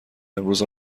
امروز